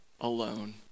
alone